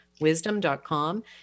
wisdom.com